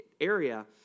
area